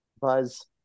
Buzz